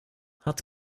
hat